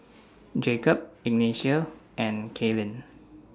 Jacob Ignacio and Kaylynn